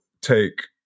take